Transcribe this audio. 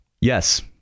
yes